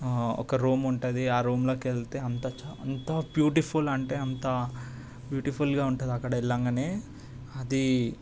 ఒక రూమ్ ఉంటుంది ఆ రూమ్లోకెళ్తే అంతా అంతా బ్యూటిఫుల్ అంటే అంత బ్యూటిఫుల్గా ఉంటుంది అక్కడ వెళ్ళగానే అది